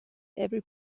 every